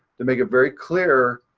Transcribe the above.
to make it very clear